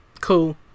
cool